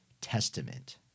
Testament